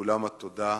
לכולם התודה.